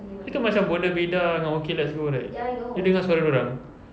you tahu macam bonda bedah dengan okay let's go right you dengar suara dia orang